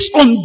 on